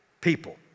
people